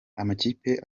amakipe